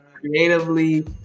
creatively